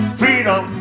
freedom